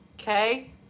Okay